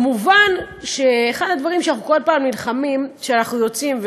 מובן שאחד הדברים שאנחנו כל פעם נלחמים כשאנחנו יוצאים,